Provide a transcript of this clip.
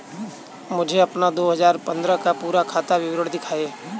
मुझे अपना दो हजार पन्द्रह का पूरा खाता विवरण दिखाएँ?